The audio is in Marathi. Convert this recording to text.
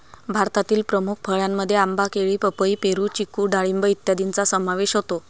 भारतातील प्रमुख फळांमध्ये आंबा, केळी, पपई, पेरू, चिकू डाळिंब इत्यादींचा समावेश होतो